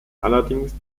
allerdings